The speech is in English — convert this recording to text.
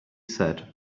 said